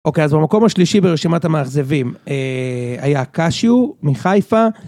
אוקיי, אז במקום השלישי ברשימת המאכזבים היה קאשיו מחיפה.